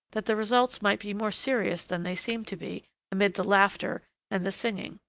that the results might be more serious than they seemed to be amid the laughter and the singing.